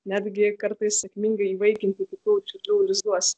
netgi kartais sėkmingai įvaikinti kitų čiurlių lizduose